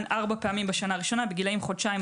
4 פעמים בשנה הראשונה בגילאים חודשיים,